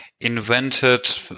invented